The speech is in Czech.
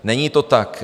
Není to tak.